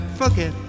forget